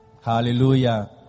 Hallelujah